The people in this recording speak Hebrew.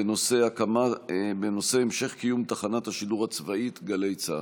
בנושא: המשך קיום תחנת השידור הצבאית גלי צה"ל.